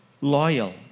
loyal